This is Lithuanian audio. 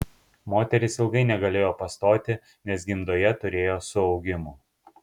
moteris ilgai negalėjo pastoti nes gimdoje turėjo suaugimų